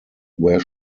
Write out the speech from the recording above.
where